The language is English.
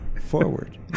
forward